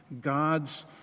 God's